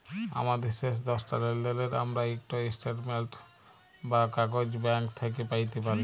আমাদের শেষ দশটা লেলদেলের আমরা ইকট ইস্ট্যাটমেল্ট বা কাগইজ ব্যাংক থ্যাইকে প্যাইতে পারি